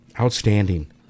Outstanding